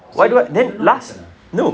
so you you don't know what happen ah